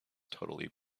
totally